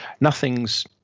nothing's